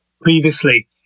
previously